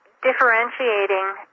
differentiating